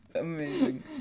Amazing